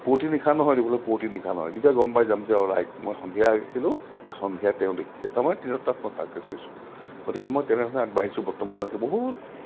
পুৱতি নিশা নহয় এইটো বোলে পুৱতি নিশা নহয় তেতিয়া গম পাই যাম যে আৰু ৰাইট মই সন্ধিয়া আঁকিছিলোঁ সন্ধিয়া তেওঁ দেখিছে তাৰমানে তিনিওটাত মই চাকচেছ হৈছোঁ গতিকে মই তেনেধৰণে আগবাঢ়িছোঁ বৰ্তমানলৈকে বহুত